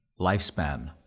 lifespan